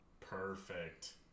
Perfect